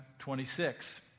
26